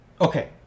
Okay